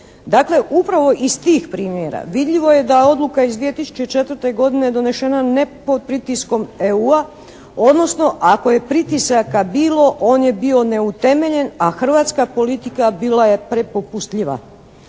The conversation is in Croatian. Dakle, upravo iz tih primjera vidljivo je da odluka iz 2004. donesena ne pod pritiskom EU-a odnosno ako je pritisaka bilo on je bio neutemeljen a hrvatska politika bila je prepopustljiva.